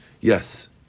Yes